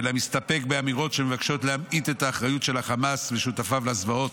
אלא מסתפק באמירות שמבקשות להמעיט את האחריות של החמאס ושותפיו לזוועות,